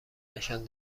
نشان